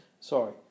sorry